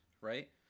right